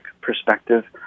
perspective